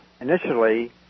initially